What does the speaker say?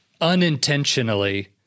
unintentionally